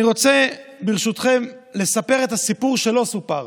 אני רוצה, ברשותכם, לספר את הסיפור שלא סופר